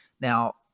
now